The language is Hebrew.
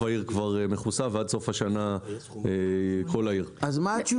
העיר כבר מכוסה ועד סוף השנה כל העיר תכוסה.